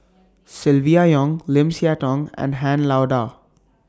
Silvia Yong Lim Siah Tong and Han Lao DA